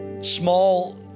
small